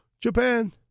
Japan